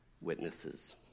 witnesses